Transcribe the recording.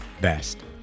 best